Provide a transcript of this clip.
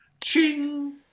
ching